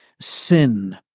sin